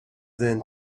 than